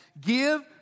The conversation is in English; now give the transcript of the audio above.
give